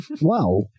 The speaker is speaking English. Wow